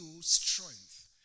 strength